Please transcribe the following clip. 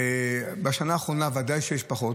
בשנה האחרונה בוודאי שיש פחות.